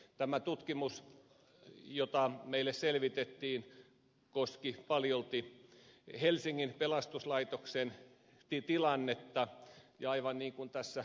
tämä tutkimus jota meille selvitettiin koski paljolti helsingin pelastuslaitoksen tilannetta ja aivan niin kuin tässä ed